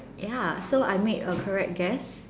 ya so I made a correct guess